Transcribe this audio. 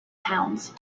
towns